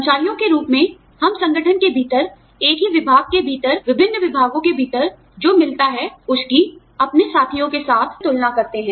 कर्मचारियों के रूप में हम संगठन के भीतर एक ही विभाग के भीतर विभिन्न विभागों के भीतर जो मिलता है उसकी अपने साथियों के साथ तुलना करते हैं